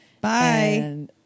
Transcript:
Bye